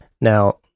Now